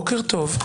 נעמה, בוקר טוב.